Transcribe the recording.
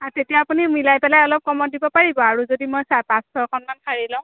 অঁ তেতিয়া আপুনি মিলাই পেলাই অলপ কমত দিব পাৰিব আৰু যদি মই চা পাঁচ ছয়খনমান শাড়ী লওঁ